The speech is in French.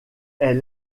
est